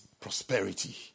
prosperity